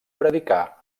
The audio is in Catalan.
predicar